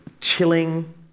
chilling